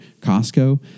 Costco